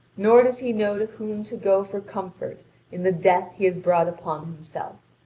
nor does he know to whom to go for comfort in the death he has brought upon himself.